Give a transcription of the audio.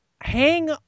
hang